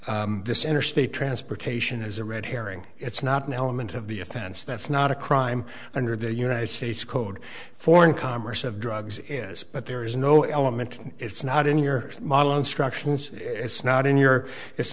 the this interstate transportation is a red herring it's not an element of the offense that's not a crime under the united states code for in commerce of drugs is but there is no element it's not in your model instructions it's not in your it's